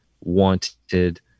wanted